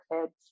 kids